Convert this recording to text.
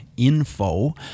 info